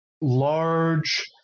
large